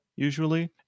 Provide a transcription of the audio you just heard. usually